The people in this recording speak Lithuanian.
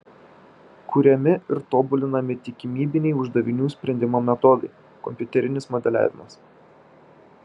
kuriami ir tobulinami tikimybiniai uždavinių sprendimo metodai kompiuterinis modeliavimas